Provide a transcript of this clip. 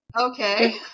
okay